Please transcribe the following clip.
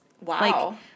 Wow